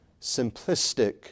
simplistic